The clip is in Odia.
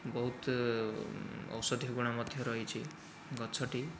ବହୁତ ଔଷଧୀୟ ଗୁଣ ମଧ୍ୟ ରହିଛି ଗଛଟି